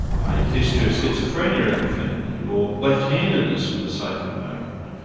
a history of schizophrenia in the family, or left-handedness, for the sake of argument.